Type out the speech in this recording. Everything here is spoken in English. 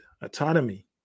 autonomy